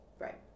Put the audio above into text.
Right